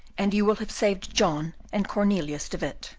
and you will have saved john and cornelius de witt.